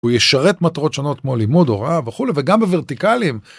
הוא ישרת מטרות שונות כמו לימוד הוראה וכולי וגם בוורטיקלים.